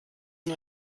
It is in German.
nur